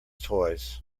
toys